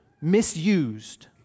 misused